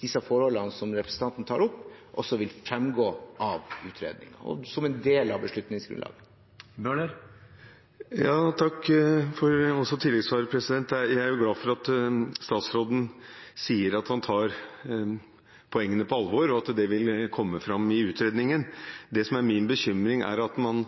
disse forholdene som representanten tar opp, også vil fremgå av utredningen, som en del av beslutningsgrunnlaget. Takk også for tilleggssvaret. Jeg er jo glad for at statsråden sier at han tar poengene på alvor, og at det vil komme fram i utredningen. Det som er min bekymring, er at man